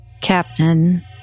Captain